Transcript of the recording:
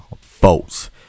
votes